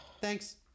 Thanks